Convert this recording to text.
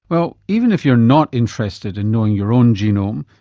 well, even if you're not interested in knowing your own genome,